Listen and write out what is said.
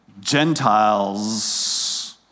Gentiles